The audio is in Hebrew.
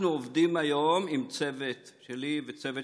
אנחנו עובדים היום עם צוות שלי וצוות